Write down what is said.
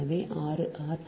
எனவே 6 ஆர்